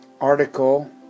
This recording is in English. article